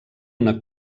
una